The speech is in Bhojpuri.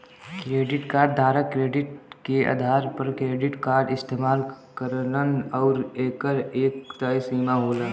क्रेडिट कार्ड धारक क्रेडिट के आधार पर क्रेडिट कार्ड इस्तेमाल करलन आउर एकर एक तय सीमा होला